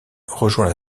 rejoint